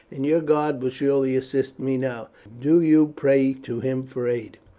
and your god will surely assist me now. do you pray to him for aid.